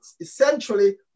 essentially